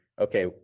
okay